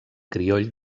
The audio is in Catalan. crioll